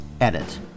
Edit